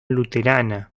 luterana